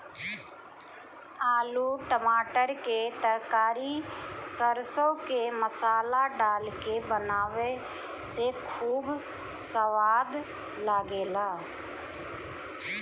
आलू टमाटर के तरकारी सरसों के मसाला डाल के बनावे से खूब सवाद लागेला